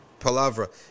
palavra